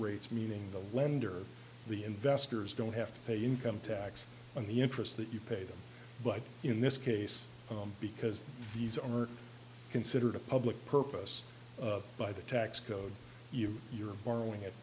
rates meaning the lender the investors don't have to pay income tax on the interest that you pay them but in this case because these are considered a public purpose of by the tax code you're borrowing